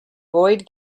boyd